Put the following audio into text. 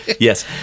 Yes